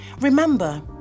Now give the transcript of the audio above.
Remember